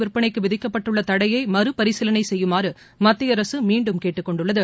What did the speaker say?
விற்பனைக்கு விதிக்கப்பட்டுள்ள தடையை மறு பரிசீலளை செய்யுமாறு மத்திய அரசு மீண்டும் கேட்டுக்கொண்டுள்ளது